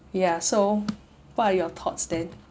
ya so what are your thoughts then